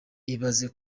ibaze